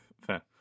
Fair